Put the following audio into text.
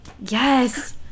Yes